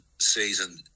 season